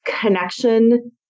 connection